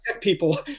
people